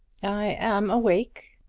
i am awake,